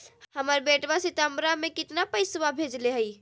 हमर बेटवा सितंबरा में कितना पैसवा भेजले हई?